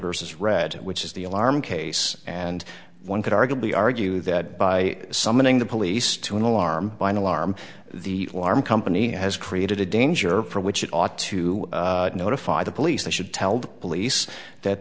versus red which is the alarm case and one could arguably argue that by summoning the police to an alarm by an alarm the alarm company has created a danger for which it ought to notify the police they should tell the police that